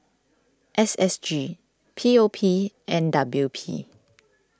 S S G P O P and W P